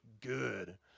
good